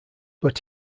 but